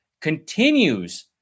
continues